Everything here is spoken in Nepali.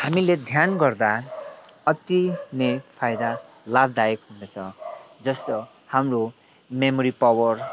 हामीले ध्यान गर्दा अति नै फाइदा लाभदायक हुँदछ जस्तो हाम्रो मेमोरी पावर